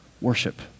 worship